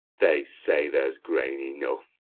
they say there's grain enough!